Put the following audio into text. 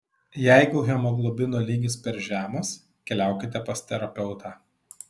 jeigu hemoglobino lygis per žemas keliaukite pas terapeutą